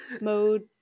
Mode